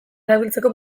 erabiltzeko